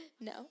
no